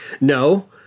no